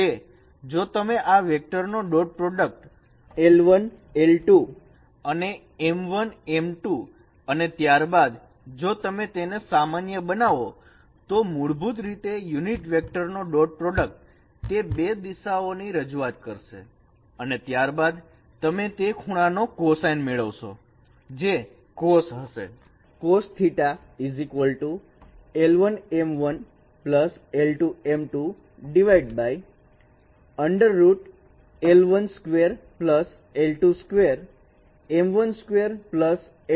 તે જો તમે આ વેક્ટરનો ડોટ પ્રોડક્ટ l1 l2 અને m1 m2 અને ત્યારબાદ જો તમે તેને સામાન્ય બનાવો તો મૂળભૂત રીતે યુનિટ વેક્ટરનો ડોટ પ્રોડક્ટ તે બે દિશાઓની રજૂઆત કરશે અને ત્યારબાદ તમે તે ખૂણાનો કોસાઇન મેળવશો જે cos હશે